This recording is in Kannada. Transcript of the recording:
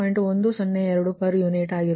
102 ಪರ್ ಯೂನಿಟ್